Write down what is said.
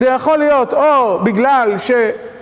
זה יכול להיות או בגלל ש...